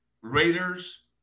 Raiders